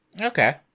Okay